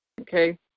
okay